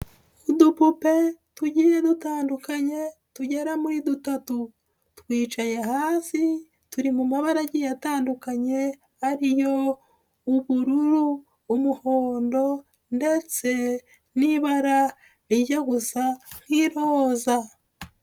Udupupe tugiye dutandukanye tugera muri dutatu, twicaye hasi turi mu mabara atandukanye ari yo ubururu, umuhondo ndetse n'ibara rijya gusa nk'iroza.